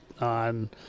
on